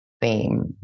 theme